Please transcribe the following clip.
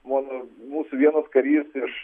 mano mūsų vienas karys iš